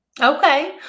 Okay